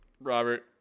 Robert